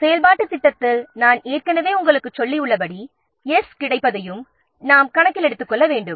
எனவே செயல்பாட்டுத் திட்டத்தில் நான் ஏற்கனவே உங்களுக்குச் சொல்லியுள்ளபடி 's' கிடைப்பதையும் நாம் கணக்கில் எடுத்துக்கொள்ள வேண்டும்